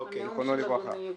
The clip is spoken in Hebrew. זכרונו לברכה.